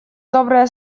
добрые